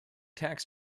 tax